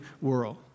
world